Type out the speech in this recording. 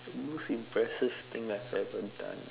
most impressive thing I have ever done